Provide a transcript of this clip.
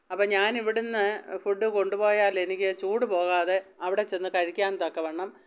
അപ്പം ഞാനിവിടുന്നു ഫുഡ് കൊണ്ടുപോയാലെനിക്ക് ചൂട് പോകാതെ അവിടെ ചെന്നു കഴിക്കാന് തക്കവണ്ണം